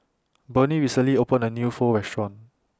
Bernie recently opened A New Pho Restaurant